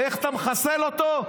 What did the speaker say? ואיך אתה מחסל אותו?